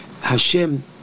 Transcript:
Hashem